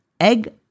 egg